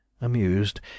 Amused